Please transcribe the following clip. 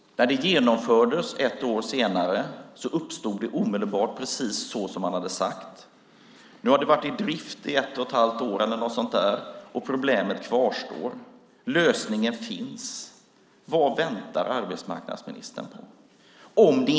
När systemet genomfördes ett år senare uppstod det omedelbart, precis som man hade sagt. Nu har den varit i drift i ett och ett halvt år, och problemet kvarstår. Lösningen finns. Vad väntar arbetsmarknadsministern på?